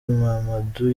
mamadou